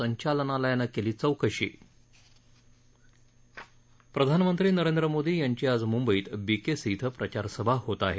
संचालनालयानं केली चौकशी प्रधानमंत्री नरेंद्र मोदी यांची आज मुंबईत बीकेसी इथं प्रचारसभा होत आहे